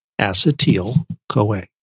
acetyl-CoA